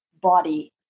body